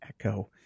Echo